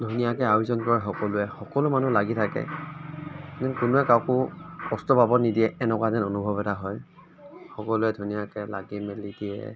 ধুনীয়াকৈ আয়োজন কৰে সকলোৱে সকলো মানুহ লাগি থাকে যেন কোনেও কাকো কষ্ট পাব নিদিয়ে এনেকুৱা যেন অনুভৱ এটা হয় সকলোৱে ধুনীয়াকৈ লাগি মেলি দিয়ে